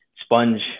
Sponge